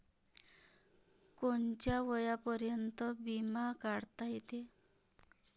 कोनच्या वयापर्यंत बिमा काढता येते?